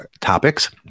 topics